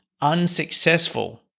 unsuccessful